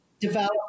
develop